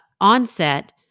onset